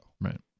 Right